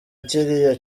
kiriya